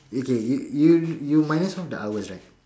okay you you you minus off the hours right